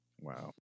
Wow